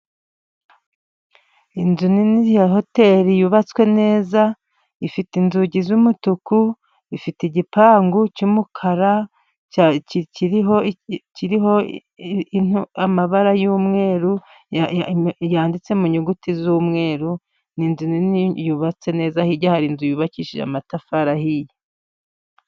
Inzu nini ya hoteri yubatswe neza, ifite inzugi z'umutuku, ifite igipangu cy'umukara, kiriho amabara y'umweru, yanditse mu nyuguti z'umweru, ni inzu nini yubatse neza, hirya hari inzu y'ubakishije amatafari ahiye.